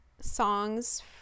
songs